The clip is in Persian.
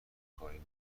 کاری